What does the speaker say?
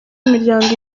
imiryango